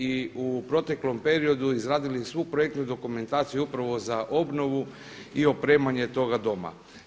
I u proteklom periodu izradili svu projektnu dokumentaciju upravo za obnovu i opremanje toga doma.